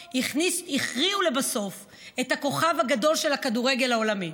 שהכריע לבסוף את הכוכב הגדול של הכדורגל העולמי,